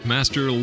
Master